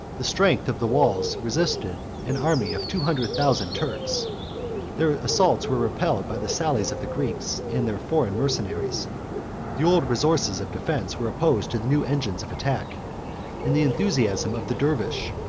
the strength of the walls resisted an army of two hundred thousand turks their assaults were repelled by the sallies of the greeks and their foreign mercenaries the old resources of defence were opposed to the new engines of attack and the enthusiasm of the dervis,